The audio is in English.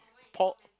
Paul